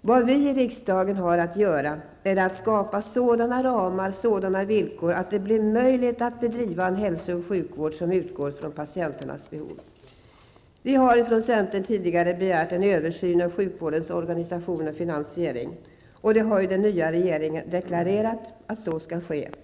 Vad vi i riksdagen har att göra är att skapa sådana ramar, sådana villkor att det blir möjligt att bedriva en hälso och sjukvård som utgår från patienternas behov. Vi i centern har tidigare begärt en översyn av sjukvårdens organisation och finansiering, och den nya regeringen har deklarerat att en sådan skall göras.